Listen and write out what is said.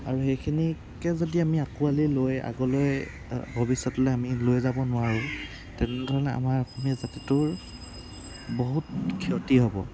আৰু সেইখিনিকে যদি আমি আঁকোৱালি লৈ আগলৈ ভৱিষ্যতলৈ আমি লৈ যাব নোৱাৰো তেনেধৰণে আমাৰ অসমীয়া জাতিটোৰ বহুত ক্ষতি হ'ব